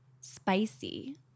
spicy